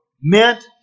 meant